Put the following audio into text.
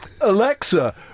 Alexa